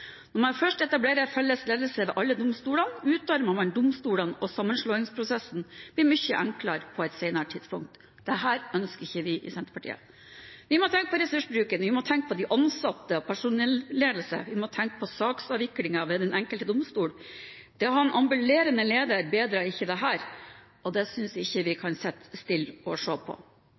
Når man først etablerer felles ledelse ved alle domstolene, utarmer man domstolene, og sammenslåingsprosessen blir mye enklere på et senere tidspunkt. Dette ønsker ikke vi i Senterpartiet. Vi må tenke på ressursbruken. Vi må tenke på de ansatte og personalledelse, og vi må tenke på saksavviklingen ved den enkelte domstol. Det å ha en ambulerende leder bedrer ikke dette, og det synes vi ikke vi kan sitte stille og se på.